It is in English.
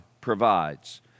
provides